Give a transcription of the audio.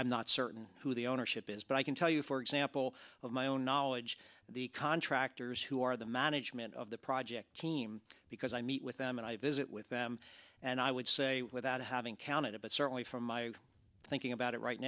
i'm not certain who the ownership is but i can tell you for example of my own knowledge the contractors who are the management of the project team because i meet with them and i visit with them and i would say without having counted it but certainly from my thinking about it right